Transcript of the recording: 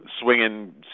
Swinging